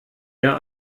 der